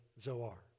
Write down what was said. Zoar